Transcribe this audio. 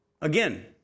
Again